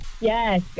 Yes